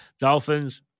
Dolphins